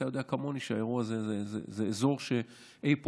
אתה יודע כמוני שהאירוע הזה זה אזור שאי פה,